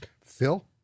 Phil